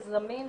זה זמין,